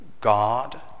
God